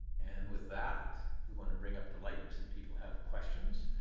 and with that, we want to bring up the lights, and people have questions.